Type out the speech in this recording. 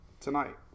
tonight